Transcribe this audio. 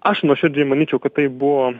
aš nuoširdžiai manyčiau kad tai buvo